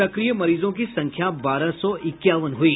सक्रिय मरीजों की संख्या बारह सौ इक्यावन हुई